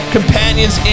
Companions